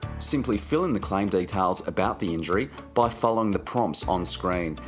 simply fill in the claim details about the injury by following the prompts on screen.